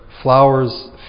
Flowers